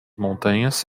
montanhas